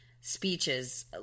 speeches